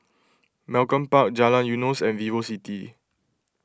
Malcolm Park Jalan Eunos and VivoCity